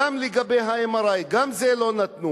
גם לגבי ה-MRI, גם את זה לא נתנו.